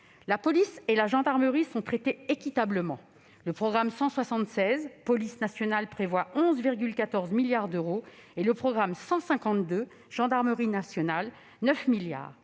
La police et la gendarmerie sont traitées équitablement. Le programme 176, « Police nationale » prévoit 11,14 milliards d'euros et le programme 152, « Gendarmerie nationale », 9 milliards